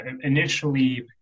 initially